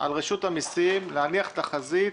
על רשות המסים להניח תחזית